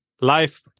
life